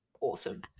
awesome